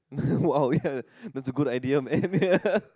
!wow! yeah that's a good idea man